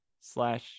slash